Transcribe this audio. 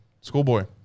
schoolboy